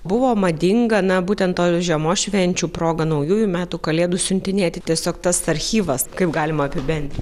buvo madinga na būtent tos žiemos švenčių proga naujųjų metų kalėdų siuntinėti tiesiog tas archyvas kaip galima apibendrin